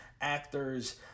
actors